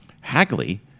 Hagley